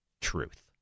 truth